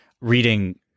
reading